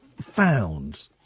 found